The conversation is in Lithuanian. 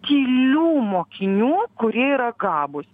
tylių mokinių kurie yra gabūs